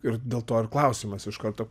ir dėl to ir klausimas iš karto